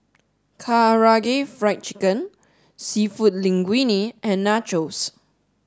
Karaage fried chicken seafood Linguine and Nachos